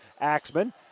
Axman